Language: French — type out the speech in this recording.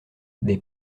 des